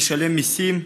משלם מיסים,